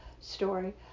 story